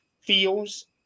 feels